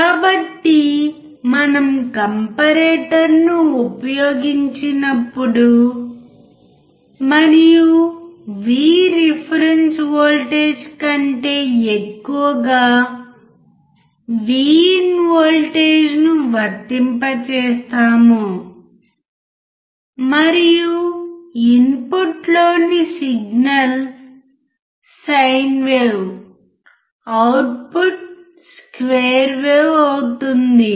కాబట్టి మనం కాంపారేటర్ను ఉపయోగించినప్పుడు మరియు V రిఫరెన్స్ వోల్టేజ్ కంటే ఎక్కువగా VIN వోల్టేజ్ ను వర్తింపజేస్తాము మరియు ఇన్పుట్లోని signal sine wave output square wave అవుతుంది